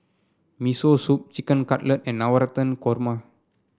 Miso Soup Chicken Cutlet and Navratan Korma